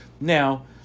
Now